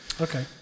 Okay